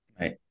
Right